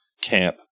camp